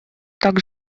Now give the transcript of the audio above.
так